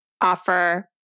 offer